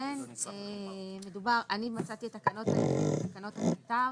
ולכן אני מצאתי את תקנות הלימודים ותקנות התט"ר,